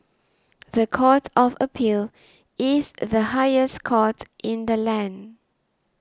the Court of Appeal is the highest court in the land